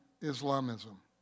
Islamism